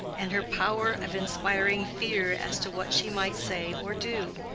and her power of inspiring fear as to what she might say or do.